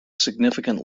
significant